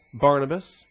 Barnabas